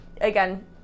again